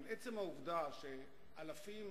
אבל עצם העובדה שאלפים,